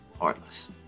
heartless